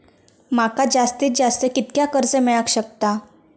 माका जास्तीत जास्त कितक्या कर्ज मेलाक शकता?